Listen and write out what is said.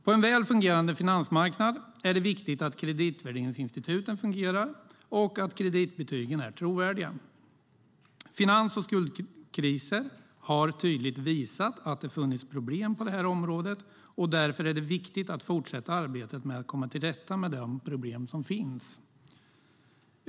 På en väl fungerande finansmarknad är det viktigt att kreditvärderingsinstituten fungerar och att kreditbetygen är trovärdiga. Finans och skuldkriser har tydligt visat att det funnits problem på det här området, och därför är det viktigt att fortsätta arbetet med att komma till rätta med de problem som finns.